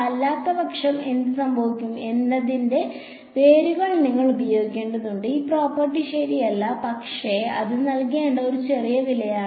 അല്ലാത്തപക്ഷം എന്ത് സംഭവിക്കും എന്നതിന്റെ വേരുകൾ നിങ്ങൾ ഉപയോഗിക്കേണ്ടതുണ്ട് ഈ പ്രോപ്പർട്ടി ശരിയല്ല പക്ഷേ അത് നൽകേണ്ട ഒരു ചെറിയ വിലയാണ്